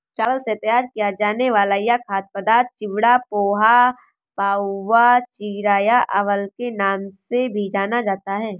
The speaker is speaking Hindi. चावल से तैयार किया जाने वाला यह खाद्य पदार्थ चिवड़ा, पोहा, पाउवा, चिरा या अवल के नाम से भी जाना जाता है